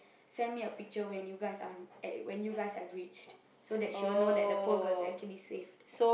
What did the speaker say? send me a picture when you guys are at when have reached so that she will know that the poor girl is actually saved